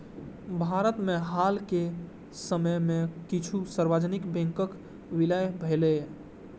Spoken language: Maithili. भारत मे हाल के समय मे किछु सार्वजनिक बैंकक विलय भेलैए